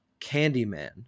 Candyman